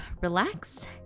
relax